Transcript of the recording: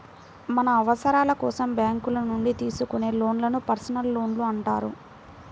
మన అవసరాల కోసం బ్యేంకుల నుంచి తీసుకునే లోన్లను పర్సనల్ లోన్లు అంటారు